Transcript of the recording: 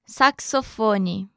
saxofone